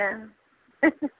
ए